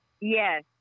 Yes